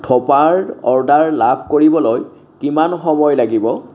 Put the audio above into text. থোপাৰ order লাভ কৰিবলৈ কিমান সময় লাগিব